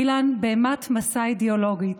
אילן, בהמת משא אידיאולוגית,